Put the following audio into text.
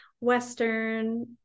Western